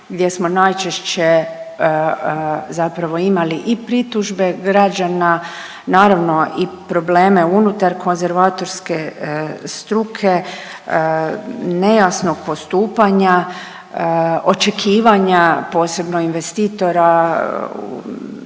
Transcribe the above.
gdje smo najčešće zapravo imali i pritužbe građana, naravno i probleme unutar konzervatorske struke, nejasnog postupanja, očekivanja, posebno investitora